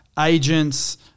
agents